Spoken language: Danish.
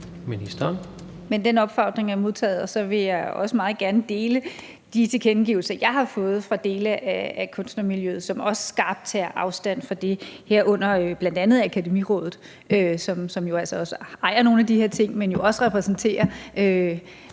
Mogensen): Men den opfordring er modtaget. Og så vil jeg også meget gerne dele de tilkendegivelser, som jeg har fået fra dele af kunstnermiljøet, hvor man også skarpt tager afstand fra det, herunder bl.a. Akademiraadet, som jo altså også ejer nogle af de her ting, men som jo også repræsenterer